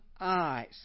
eyes